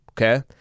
okay